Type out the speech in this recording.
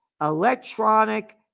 electronic